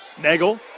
Nagel